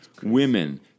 women